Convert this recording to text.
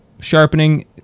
sharpening